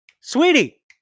Sweetie